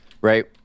right